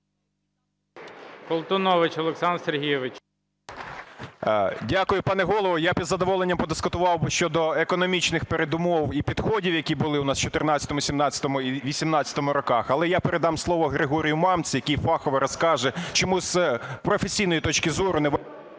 Дякую, пане Голово. Я б із задоволенням подискутував би щодо економічних передумов і підходів, які були у нас в 14-му, 17-му і 18-му роках, але я передам слово Григорію Мамці, який фахово розкаже, чому з професійної точки зору… ГОЛОВУЮЧИЙ.